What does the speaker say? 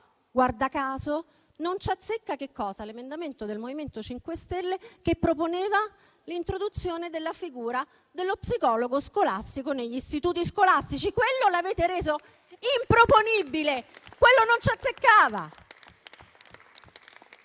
guarda caso, "non ci azzecca" che cosa? L'emendamento del MoVimento 5 Stelle, che proponeva l'introduzione della figura dello psicologo negli istituti scolastici: quello l'avete reso improponibile, quello "non ci azzeccava".